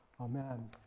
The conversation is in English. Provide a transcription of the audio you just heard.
amen